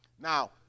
Now